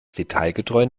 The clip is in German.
detailgetreu